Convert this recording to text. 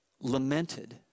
lamented